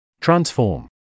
Transform